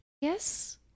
Yes